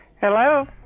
Hello